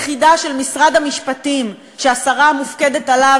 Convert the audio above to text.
יחידה של משרד המשפטים שהשרה המופקדת עליו